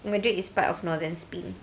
madrid is part of northern spain